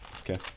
Okay